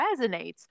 resonates